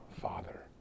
Father